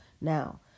Now